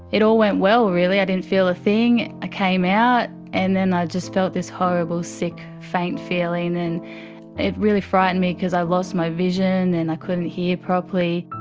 it all went well really, i didn't feel a thing. i ah came out and then i just felt this horrible sick, faint feeling and it really frightened me because i lost my vision and i couldn't hear properly.